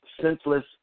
senseless